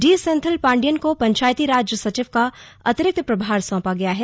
D Senthil Pandian को पंचायती राज सचिव का अतिरिक्त प्रभार सौंपा गया है